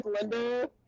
Linda